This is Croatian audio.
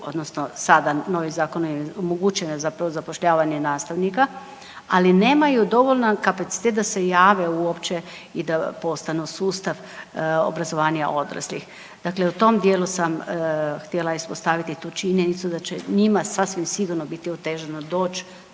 odnosno sada novim zakonom im je omogućeno zapravo zapošljavanje nastavnika, ali nemaju dovoljan kapacitet da se jave uopće i da postanu sustav obrazovanja odraslih, dakle u tom dijelu sam htjela ispostaviti tu činjenicu da će njima sasvim sigurno biti otežano doć